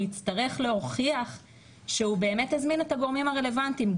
הוא יצטרך להוכיח שהוא באמת הזמין את הגורמים הרלוונטיים.